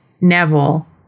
Neville